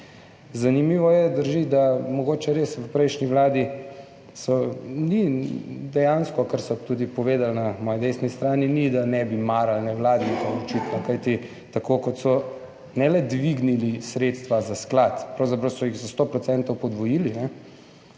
da mogoče res v prejšnji vladi so, ni dejansko, kar so tudi povedali na moji desni strani, ni da ne bi marali nevladnikov, očitno, kajti tako, kot so ne le dvignili sredstva za sklad, pravzaprav so jih za 100 % podvojili,